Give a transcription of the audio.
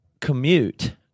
commute